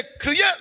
create